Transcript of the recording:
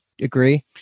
agree